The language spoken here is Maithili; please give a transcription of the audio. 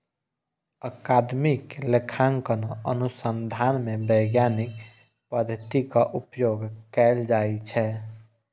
अकादमिक लेखांकन अनुसंधान मे वैज्ञानिक पद्धतिक उपयोग कैल जाइ छै